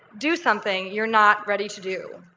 do something you're not ready to do.